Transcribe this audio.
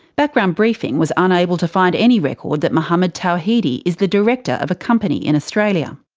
background briefing was unable to find any record that mohammed tawhidi is the director of a company in australia.